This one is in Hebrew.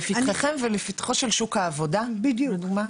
לפתחכם ולפתחו של שוק העבודה, לדוגמא.